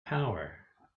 power